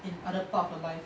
in other part of your life